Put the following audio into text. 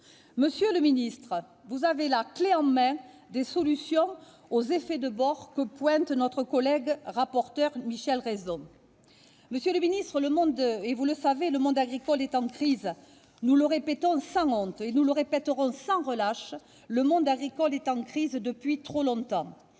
Monsieur le ministre, vous avez là, clé en main, des solutions aux « effets de bord » que relève M. le rapporteur, Michel Raison. Vous le savez, le monde agricole est en crise. Nous le répétons sans honte et le répéterons sans relâche, le monde agricole est en crise depuis trop longtemps.